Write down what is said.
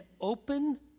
open